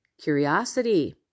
curiosity